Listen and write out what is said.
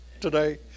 today